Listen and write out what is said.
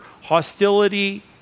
hostility